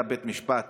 היה בית משפט